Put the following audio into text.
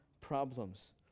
problems